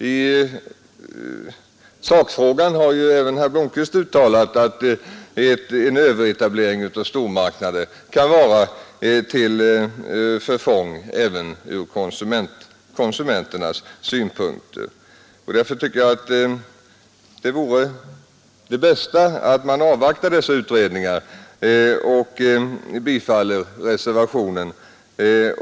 I sakfrågan har också herr Blomkvist uttalat att en överetablering av stormarknader kan vara till förfång även för konsumenterna. Jag tycker alltså att det bästa vore att i avvaktan på dessa utredningar bifalla reservationen.